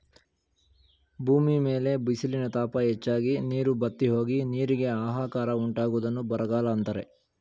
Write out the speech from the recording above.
ಭೂಮಿ ಮೇಲೆ ಬಿಸಿಲಿನ ತಾಪ ಹೆಚ್ಚಾಗಿ, ನೀರು ಬತ್ತಿಹೋಗಿ, ನೀರಿಗೆ ಆಹಾಕಾರ ಉಂಟಾಗುವುದನ್ನು ಬರಗಾಲ ಅಂತರೆ